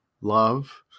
love